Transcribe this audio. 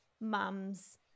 mums